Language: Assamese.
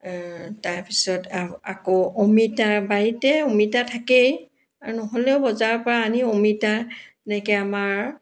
তাৰপিছত আ আকৌ অমিতাৰ বাৰীতেই অমিতা থাকেই আৰু নহ'লেও বজাৰৰ পৰা আনি অমিতা এনেকৈ আমাৰ